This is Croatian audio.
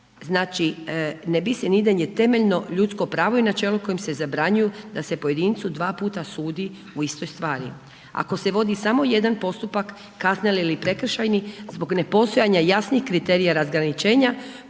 znači ne bis in idem je temeljno ljudsko pravo i načelo kojim se zabranjuju da se pojedincu dva puta sudi u istoj stvari. Ako se vodi samo jedan postupak, kazneni ili prekršajni zbog nepostojanja jasnih kriterija razgraničenja,